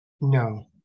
No